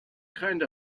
kind